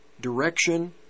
direction